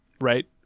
right